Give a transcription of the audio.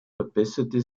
verbesserte